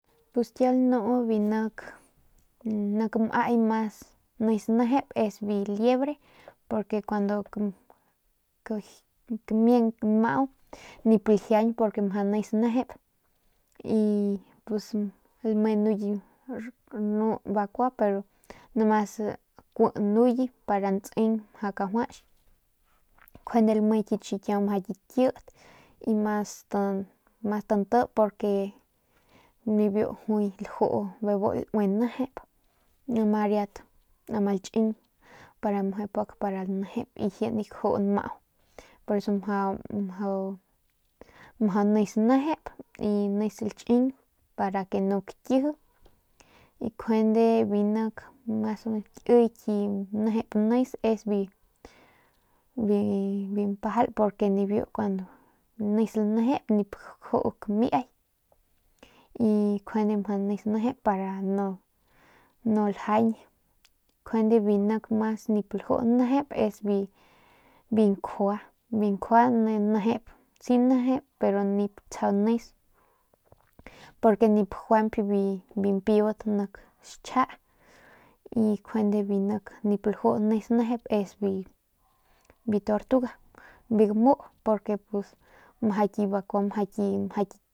Pus kiau nik lanu biu nik nmaay mas nis nejep es biu liebre porque kuando kamiang nmaau nip lajiañ porque mjau nis nejep y pus lame nuye rnu bakuap pero nomas kui nuye para ntseng mjau kajuach njuande lame kit xikiau mjau kit kit y mas ti nti porque nibiu bebu laju nejep ma riat ma latching para nejep y ji nip kaju nmau poreso mjau mjau nis nejep y nis lching para no kakiji y njuande nik mas nkiy ki nip nejep nis es bi bi bi npajal porque nibiu kuandu nis lanejep nip kaju kamiay y njuande mjau nis nejep para no lajañ juande nik mas nip laju nejep es bi nkjua bi nkjua ni nejep si nejep pero nip tsjau nis porque nip juañp biu mpibat ni bijiy xja y njuande bi nik nip lajuu nis nejep es bi tortuga biu gamu porque ru pus ki bakua mjau.